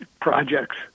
projects